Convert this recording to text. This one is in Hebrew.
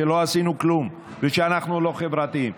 שלא עשינו כלום ושאנחנו לא חברתיים,